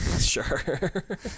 Sure